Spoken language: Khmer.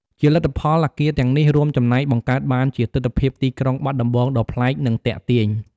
ជាលទ្ធផល អគារទាំងនេះរួមចំណែកបង្កើតបានជាទិដ្ឋភាពទីក្រុងបាត់ដំបងដ៏ប្លែក និងទាក់ទាញ។